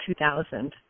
2000